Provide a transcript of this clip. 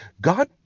God